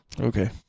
Okay